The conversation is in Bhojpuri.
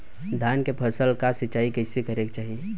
धान के फसल का सिंचाई कैसे करे?